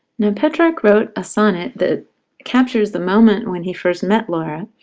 now petrarch wrote a sonnet that captures the moment when he first met laura.